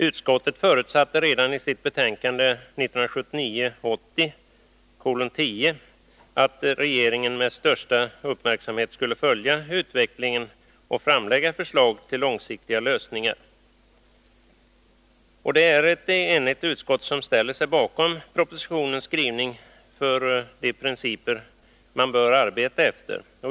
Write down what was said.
Utskottet förutsatte redan i sitt betänkande 1979/80:10 att regeringen med största uppmärksamhet skulle följa utvecklingen och framlägga förslag till långsiktiga lösningar. Det är ett enigt utskott som ställer sig bakom propositionens skrivning för de principer man bör arbeta efter.